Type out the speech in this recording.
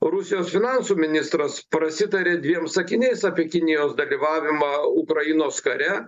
rusijos finansų ministras prasitarė dviem sakiniais apie kinijos dalyvavimą ukrainos kare